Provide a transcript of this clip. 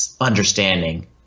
understanding